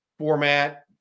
format